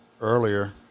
earlier